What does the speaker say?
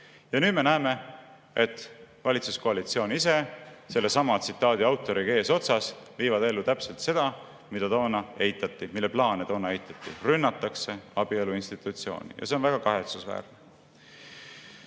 Ja nüüd me näeme, et valitsuskoalitsioon ise sellesama tsitaadi autoriga eesotsas viivad ellu täpselt seda, mille plaane toona eitati. Rünnatakse abielu institutsiooni ja see on väga kahetsusväärne.